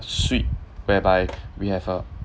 suite whereby we have a